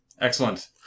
Excellent